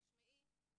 תשמעי,